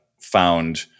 Found